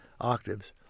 octaves